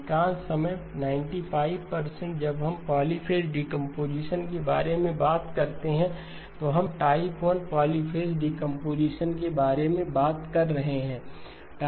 अधिकांश समय 95 जब हम पॉलीफ़ेज़ डीकंपोजीशन के बारे में बात करते हैं तो हम टाइप 1 पॉलीफ़ेज़ डीकंपोजीशन के बारे में बात कर रहे हैं